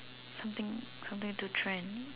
something something to trend